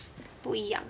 不一样